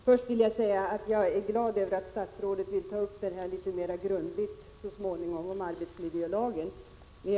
Herr talman! Först vill jag säga att jag är glad över att statsrådet så småningom vill ta upp frågan om arbetsmiljölagen litet mer grundligt.